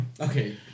Okay